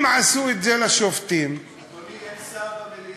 אם עשו את זה לשופטים, אדוני, אין שר במליאה.